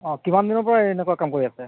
অ কিমান দিনৰ পৰা এনেকুৱা কাম কৰি আছে